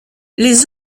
les